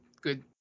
good